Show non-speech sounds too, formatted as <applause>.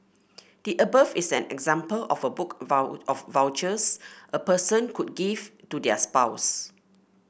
the above is an example of a book <unintelligible> of vouchers a person could give to their spouse